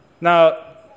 Now